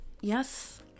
Yes